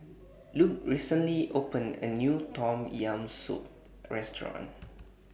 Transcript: Luc recently opened A New Tom Yam Soup Restaurant